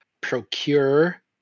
procure